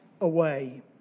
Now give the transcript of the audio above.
away